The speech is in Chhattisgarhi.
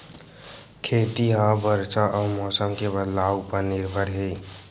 खेती हा बरसा अउ मौसम के बदलाव उपर निर्भर हे